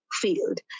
field